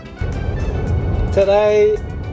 Today